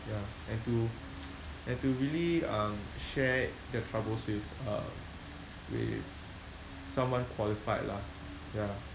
ya and to and to really um share their troubles with uh with someone qualified lah ya